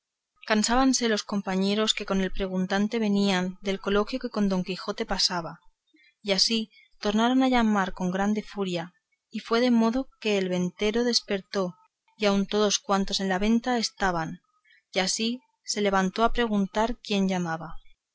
andante cansábanse los compañeros que con el preguntante venían del coloquio que con don quijote pasaba y así tornaron a llamar con grande furia y fue de modo que el ventero despertó y aun todos cuantos en la venta estaban y así se levantó a preguntar quién llamaba